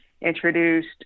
introduced